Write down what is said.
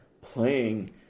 playing